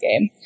game